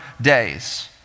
days